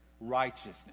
righteousness